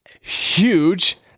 huge